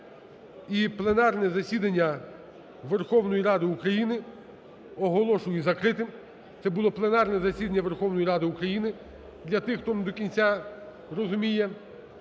І пленарне засідання Верховної Ради України оголошую закритим. Це було пленарне засідання Верховної Ради України, для тих, хто не до кінця розуміє